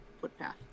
footpath